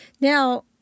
Now